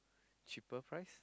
cheaper price